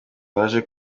waje